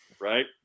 Right